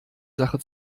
sache